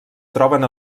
troben